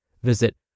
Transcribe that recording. Visit